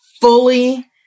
fully